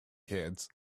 kids